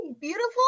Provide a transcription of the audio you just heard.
beautiful